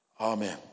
Amen